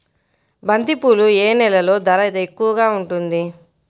బంతిపూలు ఏ నెలలో ధర ఎక్కువగా ఉంటుంది?